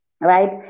right